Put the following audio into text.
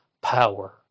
Power